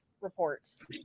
reports